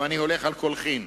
אני הולך על קולחין.